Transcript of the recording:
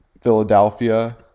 Philadelphia